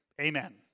Amen